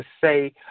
say